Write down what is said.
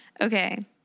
Okay